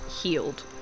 healed